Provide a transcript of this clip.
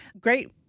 Great